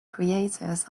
creators